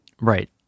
Right